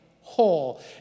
whole